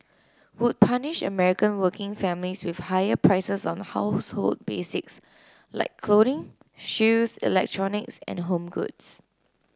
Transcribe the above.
would punish American working families with higher prices on household basics like clothing shoes electronics and home goods